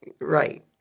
Right